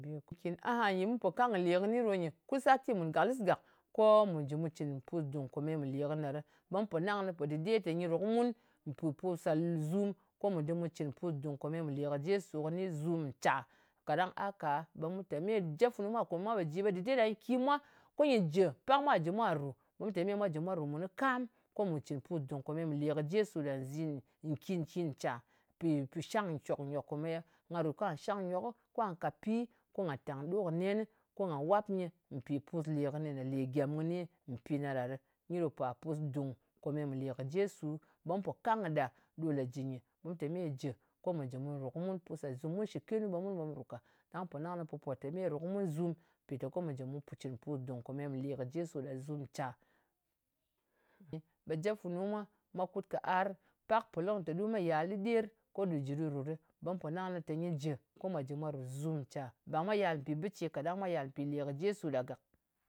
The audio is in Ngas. ahanyi ɓe mu po kang kɨ lè kɨni ɗo nyɨ. Kut sati mùn gàklɨs gak ko mù jɨ mu cɨn pusdung mɨ lè kɨnɨ ɗa ɗɨ. Ɓe mu pò nang kɨnɨ pò dɨde tè nyɨ ru kɨ mun pì pus sa zum. Ko mù dɨm mu cɨ̀n pusdung kome mɨ lè kɨ jesu kɨni zum ncya. Kaɗang a ka, ɓe jep funu mwa, ko mwa pò ji, ɓe dɨda ɗa nyɨ ki mwa. Ko nyɨ jɨ. Pak mwa jɨ̀ mwà rù. Ɓu te me mwa jɨ mwa rù mùn kɨ kam ko mù cɨn pudung kome mɨ lè kɨ jesu ɗa zum, cɨn-cɨn ncya. Mpì shang ncòk, nyòk komeye nga rot ka shangnyok, kwa ka pi ko ngà tàng ɗo kɨ nenɨ, ko nga wap nyɨ, mpi pus le kɨni nè lè gyem kɨni mpi na ɗa ɗɨ. Nyi ɗo pa pus dung kòme mɨ lè kɨ jesu, ɓe mu pò kang kɨ ɗa ɗo lē jɨ nyɨ. Mu tè me jɨ ko nyɨ jɨ nyɨ ru kɨ mun pus ɗa zum. Mun shɨkenu ɓe mun ɓe mu ru ka. Ɗang mu pò nang kɨnɨ pupò te me ru kɨ mun zum, ko mù jɨ mu cɨn pusdùng kɨ lè kɨ jesu ɗa zum ncya? Ɓe jep funu mwa mwa kut ka arɨ. Pak pò lɨ kɨnɨ tè ɗu me yal ɗɨɗer ko ɗu jɨ ɗu ru ɗɨ. Ɓe mu pò nang kɨnɨ tè nyɨ jɨ, ko mwa jɨ mwa rù zùm ncya? Mwa yal mpì bɨ ce ka, ɗang mwa yal mpì lè kɨ jesu ɗa gàk.